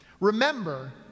Remember